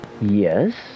Yes